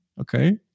okay